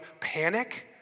panic